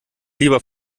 lieber